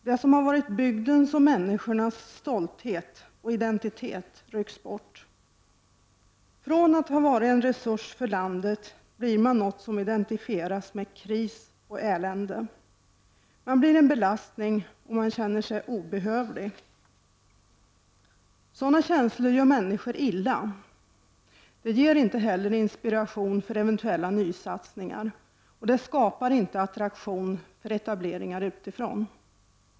Det som har varit bygdens och människornas identitet och stolthet rycks bort. Från att ha varit en resurs för landet blir människorna något som identifieras med kris och elände. De blir en belastning och känner sig obehövliga. Sådana känslor gör människor illa. Det ger inte heller inspiration för eventuella nysatsningar. Det skapar inte attraktion för etableringar utifrån.